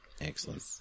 Excellent